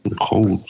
cold